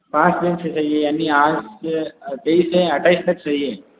पाँच दिन से चाहिए यानी आज से तेईस है अट्ठाईस तक चाहिए